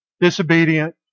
disobedient